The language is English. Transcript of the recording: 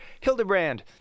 Hildebrand